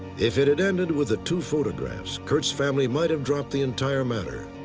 if it had ended with the two photographs, curt's family might have dropped the entire matter.